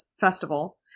Festival